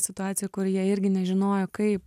situacijų kur jie irgi nežinojo kaip